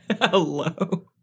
Hello